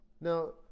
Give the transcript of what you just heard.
Now